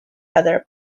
other